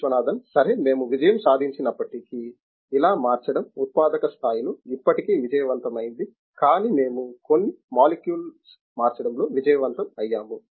విశ్వనాథన్ సరే మేము విజయం సాధించనప్పటికీ ఇలా మార్చడం ఉత్పాదక స్థాయిలో ఇప్పటికీ విజయవంతమైంది కానీ మేము కొన్ని మాలిక్యూల్స్ మార్చడంలో విజయవంతం అయ్యాము